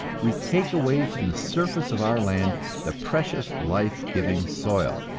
we take away from the surface of our land the precious life-giving soil,